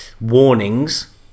warnings